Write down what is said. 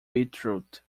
beetroot